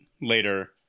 later